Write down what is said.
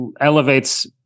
elevates